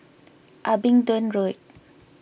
Abingdon Road